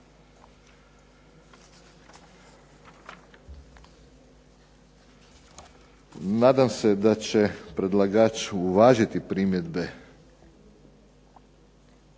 Nadam se da će predlagač uvažiti primjedbe